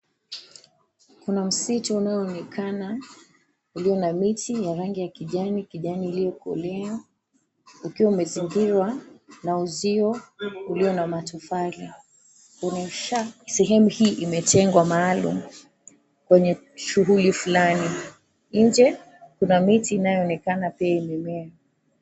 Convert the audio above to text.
Kuna msitu unaoonekana ulio na miti ya rangi ya kijani kijani iliyokolea ukiwa umezingirwa na uzio ulio na matofali. Kuonyesha sehemu hii imetengwa maalum kwenye shughuli flani. Nje kuna miti inayonekana pia imemea.